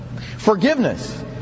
forgiveness